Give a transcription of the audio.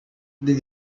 they